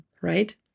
right